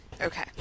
Okay